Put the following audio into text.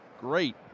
great